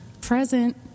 Present